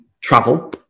travel